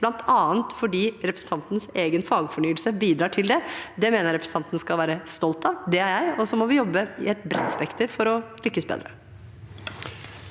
bl.a. fordi representantens egen fagfornyelse bidrar til det. Det mener jeg representanten skal være stolt av, det er jeg, og så må vi jobbe med et bredt spekter for å lykkes bedre.